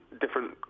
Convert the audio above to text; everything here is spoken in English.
different